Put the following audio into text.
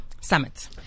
summit